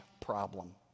problem